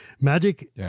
Magic